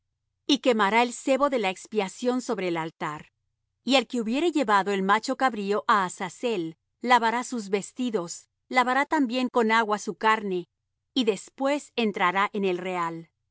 y quemará el sebo de la expiación sobre el altar y el que hubiere llevado el macho cabrío á azazel lavará sus vestidos lavará también con agua su carne y después entrará en el real